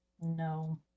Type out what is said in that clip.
No